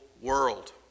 world